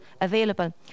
available